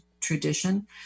tradition